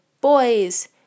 boys